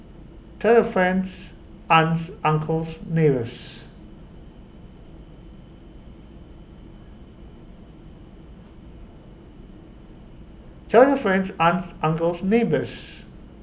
tell your friends aunts uncles neighbours tell your friends aunts uncles neighbours